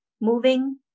moving